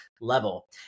level